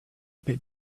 bit